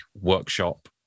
workshop